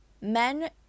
men